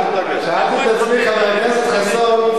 חבר הכנסת יואל חסון.